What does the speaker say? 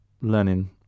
learning